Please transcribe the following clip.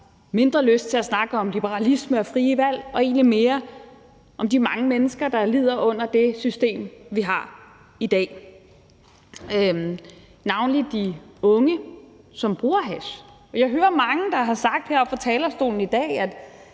mindre lyst til at snakke om liberalisme og frie valg, men mere om de mange mennesker, der lider under det system, vi har i dag – navnlig de unge, som bruger hash. Jeg hører mange, der har sagt her fra talerstolen i dag,